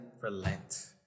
relent